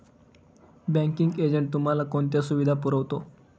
Banking agent तुम्हाला कोणत्या सुविधा पुरवतो?